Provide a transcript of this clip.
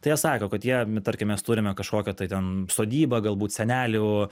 tai jie sako kad jie tarkim mes turime kažkokią tai ten sodybą galbūt senelių